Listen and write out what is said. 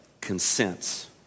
consents